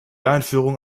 einführung